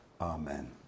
Amen